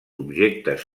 objectes